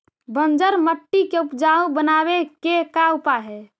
बंजर मट्टी के उपजाऊ बनाबे के का उपाय है?